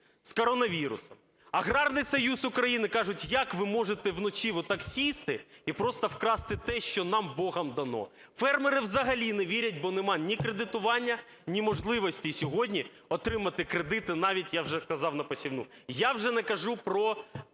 з коронавірусом. Аграрний союз України каже: "Як ви можете вночі так сісти і просто вкрасти те, що нам Богом дано?". Фермери взагалі не вірять, бо немає ні кредитування, ні можливості сьогодні отримати кредити навіть, я вже казав, на посівну. Я вже не кажу про